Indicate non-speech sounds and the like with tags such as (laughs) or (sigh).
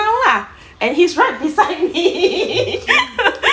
lah and he's right beside me (laughs)